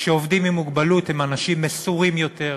שעובדים עם מוגבלות הם אנשים מסורים יותר,